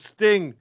Sting